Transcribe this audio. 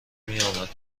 میآمد